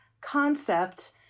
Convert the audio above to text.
concept